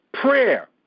prayer